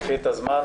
קחי את הזמן.